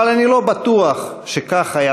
אבל אני לא בטוח שכך היה